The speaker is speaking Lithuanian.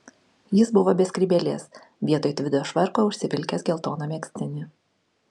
jis buvo be skrybėlės vietoj tvido švarko užsivilkęs geltoną megztinį